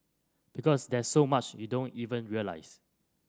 because there's so much you don't even realise